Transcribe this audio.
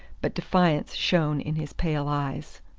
but defiance shone in his pale eyes.